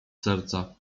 serca